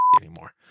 anymore